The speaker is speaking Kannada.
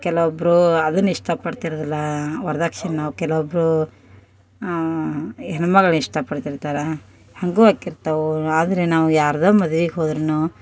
ಕೆಲವೊಬ್ರು ಅದನ್ನು ಇಷ್ಟಪಡ್ತಿರದಿಲ್ಲ ವರದಕ್ಷಿಣೆ ನಾವು ಕೆಲವೊಬ್ರು ಹೆಣ್ ಮಗಳ್ನ ಇಷ್ಟಪಡ್ತಿರ್ತಾರೆ ಹಾಗು ಆಗಿರ್ತವು ಆದರೆ ನಾವು ಯಾರದ್ದೊ ಮದ್ವಿಗೆ ಹೋದ್ರು